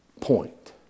point